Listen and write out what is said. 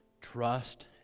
Trust